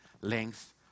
length